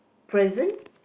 present